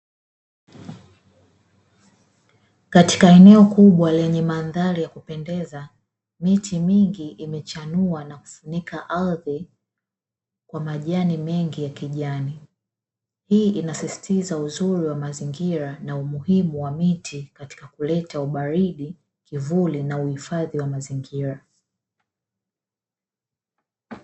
Katika eneo kubwa lenye mandhari ya kupendeza, miti mingi imechanua na kufunika ardhi kwa majani mengi ya kijani. Hii inasisitiza uzuri wa mazingira na umuhimu wa miti katika kuleta ubaridi, kivuli na uhifadhi wa mazingira.